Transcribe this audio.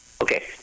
Okay